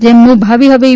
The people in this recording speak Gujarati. જેમનું ભાવિ હવે ઈ